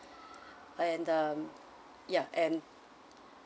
and um yeah and